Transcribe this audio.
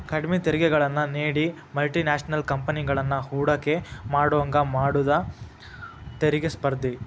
ಕಡ್ಮಿ ತೆರಿಗೆಗಳನ್ನ ನೇಡಿ ಮಲ್ಟಿ ನ್ಯಾಷನಲ್ ಕಂಪೆನಿಗಳನ್ನ ಹೂಡಕಿ ಮಾಡೋಂಗ ಮಾಡುದ ತೆರಿಗಿ ಸ್ಪರ್ಧೆ